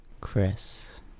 Chris